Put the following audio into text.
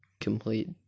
complete